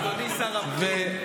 אדוני שר הפנים.